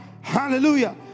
Hallelujah